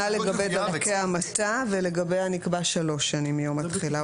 לגבי דרכי ההמתה ולגביה נקבע שלוש שנים מיום התחילה.